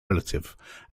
relative